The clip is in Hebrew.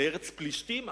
לארץ פלישתים?